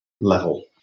level